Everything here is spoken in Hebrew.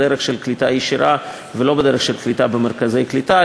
בדרך של קליטה ישירה ולא בדרך של קליטה במרכזי קליטה.